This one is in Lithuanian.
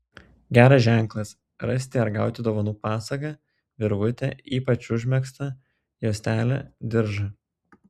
geras ženklas rasti ar gauti dovanų pasagą virvutę ypač užmegztą juostelę diržą